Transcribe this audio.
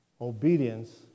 Obedience